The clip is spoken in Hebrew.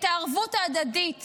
את הערבות ההדדית